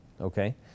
okay